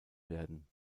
werden